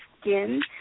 skin